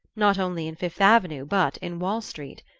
not only in fifth avenue but in wall street.